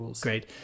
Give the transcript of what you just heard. great